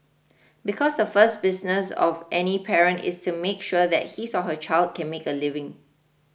because the first business of any parent is to make sure that his or her child can make a living